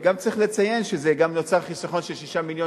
צריך גם לציין שנוצר חיסכון של 6 מיליון